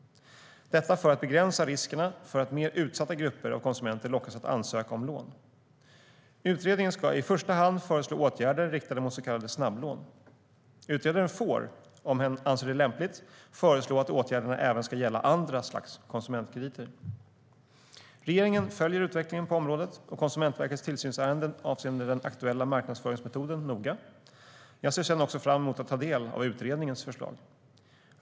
Detta för att begränsa riskerna för att mer utsatta grupper av konsumenter lockas att ansöka om lån. Utredningen ska i första hand föreslå åtgärder riktade mot så kallade snabblån. Utredaren får, om denne anser det lämpligt, föreslå att åtgärderna även ska gälla andra slags konsumentkrediter. Regeringen följer noga utvecklingen på området och Konsumentverkets tillsynsärenden avseende den aktuella marknadsföringsmetoden. Jag ser sedan också fram emot att ta del av utredningens förslag.